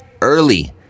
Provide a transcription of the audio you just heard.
early